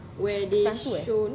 cerita hantu eh